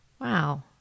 Wow